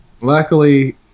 Luckily